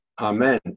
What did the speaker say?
Amen